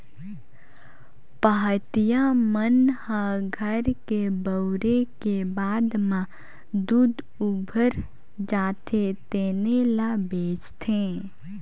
पहाटिया मन ह घर के बउरे के बाद म दूद उबर जाथे तेने ल बेंचथे